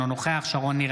אינו נוכח שרון ניר,